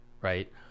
right